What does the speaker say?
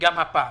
גם הפעם.